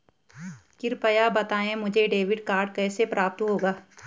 कृपया बताएँ मुझे डेबिट कार्ड कैसे प्राप्त होगा?